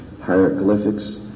hieroglyphics